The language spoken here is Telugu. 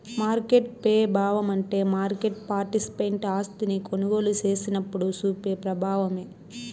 మార్కెట్ పెబావమంటే మార్కెట్ పార్టిసిపెంట్ ఆస్తిని కొనుగోలు సేసినప్పుడు సూపే ప్రబావమే